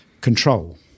control